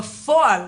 בפועל,